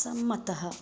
असम्मतः